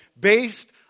based